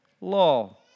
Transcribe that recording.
law